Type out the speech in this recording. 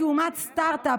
כאומת סטרטאפ,